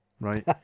right